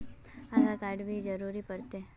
आधार card भी जोरबे ले पड़ते?